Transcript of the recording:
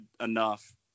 enough